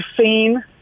seen